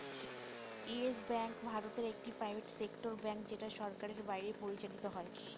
yes bank ভারতে একটি private sector bank যেটা সরকারের বাইরে পরিচালত হয়